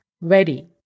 ready